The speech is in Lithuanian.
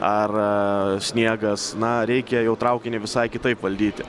ar sniegas na reikia jau traukinį visai kitaip valdyti